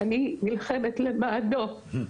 אני נלחמת למענו,